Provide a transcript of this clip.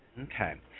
Okay